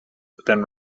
than